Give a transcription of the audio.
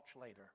later